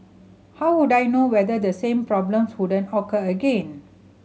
how would I know whether the same problems wouldn't occur again